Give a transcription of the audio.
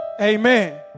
Amen